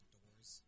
doors